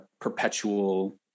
perpetual